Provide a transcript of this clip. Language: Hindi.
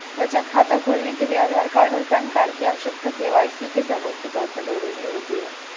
बचत खाता खोलने के लिए आधार कार्ड और पैन कार्ड की आवश्यकता के.वाई.सी के सबूत के तौर पर ज़रूरी होती है